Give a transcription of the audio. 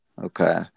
Okay